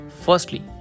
Firstly